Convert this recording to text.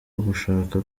ugushaka